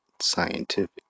scientific